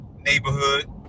Neighborhood